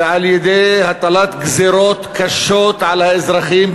ועל-ידי הטלת גזירות קשות על האזרחים,